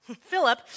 Philip